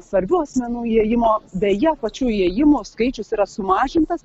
svarbių asmenų įėjimo beje pačių įėjimų skaičius yra sumažintas